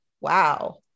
Wow